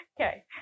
Okay